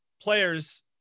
players